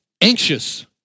anxious